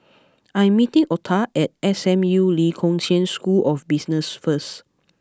I am meeting Ota at S M U Lee Kong Chian School of Business first